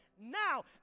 Now